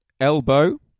elbow